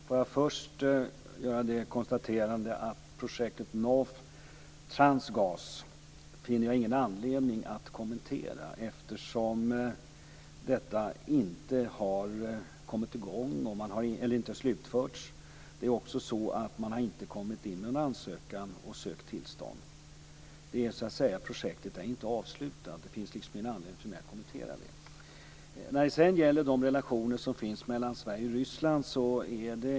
Fru talman! Får jag först konstatera att jag inte finner någon anledning att kommentera projektet North Transgas, eftersom detta inte har slutförts. Det är också så att man inte har kommit med någon ansökan om tillstånd. Projektet är så att säga inte avslutat, och det finns inte någon anledning för mig att kommentera det. Så till de relationer som finns mellan Sverige och Ryssland.